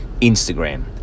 instagram